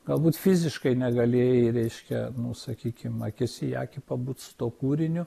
galbūt fiziškai negalėjai reiškia nu sakykim akis į akį pabūt su tuo kūriniu